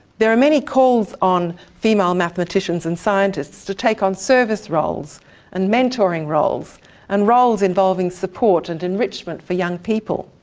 there are many calls on female mathematicians and scientists to take on service roles and mentoring roles and roles involving support and enrichment for young people.